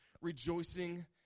rejoicing